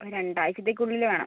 ഒരു രണ്ടാഴ്ച്ചത്തേക്കുള്ളിൽ വേണം